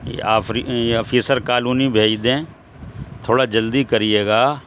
یہ officer colony بھیج دیں تھوڑا جلدی کریے گا